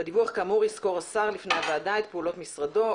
בדיווח כאמור יסקור השר בפני הוועדה את פעולות משרדו,